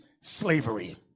slavery